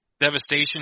devastation